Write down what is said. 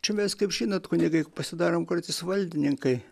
čia mes kaip žinot kunigai pasidarom kartais valdininkai